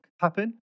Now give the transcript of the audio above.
happen